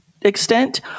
extent